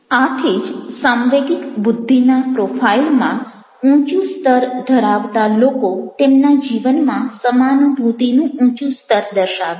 આથી જ સાંવેગિક બુદ્ધિના પ્રોફાઇલમાં ઊંચું સ્તર ધરાવતા લોકો તેમના જીવનમાં સમાનુભૂતિનું ઊંચું સ્તર દર્શાવે છે